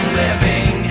living